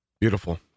beautiful